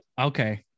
okay